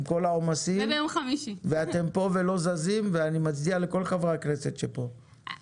אם כל העומסים ואתם פה ולא זזים ואני מצדיע לכל חברי הכנסת שפה,